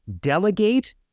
delegate